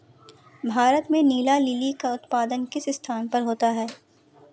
भारत में नीला लिली का उत्पादन किस स्थान पर होता है?